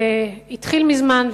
זה התחיל מזמן,